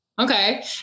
okay